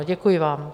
Děkuji vám.